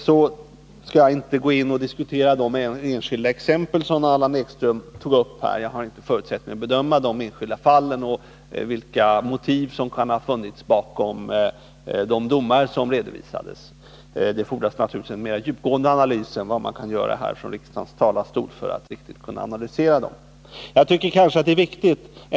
Jag skall inte gå in och diskutera de enskilda exempel som Allan Ekström tog upp — jag har inte förutsättningar att bedöma de enskilda fallen eller vilka motiv som kan ha funnits bakom de domar som redovisades. Det fordras naturligtvis en mera djupgående analys än vad man kan göra här från riksdagens talarstol för att riktigt kunna analysera dem.